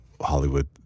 Hollywood